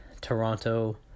Toronto